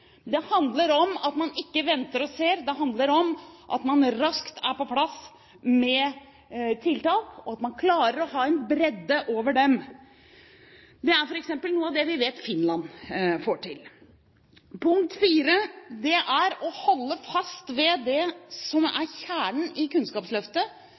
Det handler om at man ikke venter og ser. Det handler om at man raskt er på plass med tiltak, og at man klarer å ha en bredde over dem. Det er f.eks. noe av det vi vet Finland får til. Punkt 4 er å holde fast ved det som